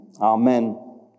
Amen